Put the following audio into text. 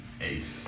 Eight